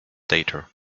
data